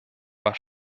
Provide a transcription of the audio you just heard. war